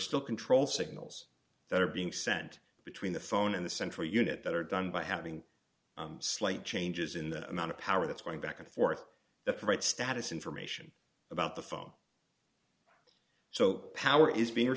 still control signals that are being sent between the phone and the central unit that are done by having slight changes in the amount of power that's going back and forth that the right status information about the phone so power is being re